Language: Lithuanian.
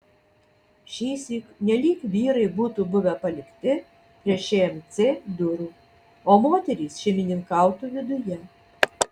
šįsyk nelyg vyrai būtų buvę palikti prie šmc durų o moterys šeimininkautų viduje